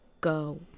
go